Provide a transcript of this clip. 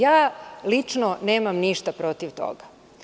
Ja lično nemam ništa protiv toga.